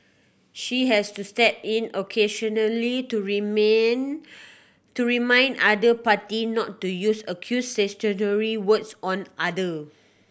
she has to step in occasionally to remain to remind other party not to use accusatory words on other